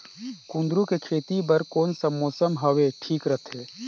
कुंदूरु के खेती बर कौन सा मौसम हवे ठीक रथे?